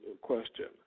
question